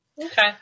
Okay